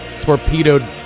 torpedoed